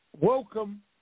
welcome